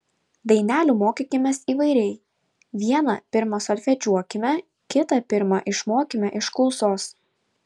dainelių mokykimės įvairiai vieną pirma solfedžiuokime kitą pirma išmokime iš klausos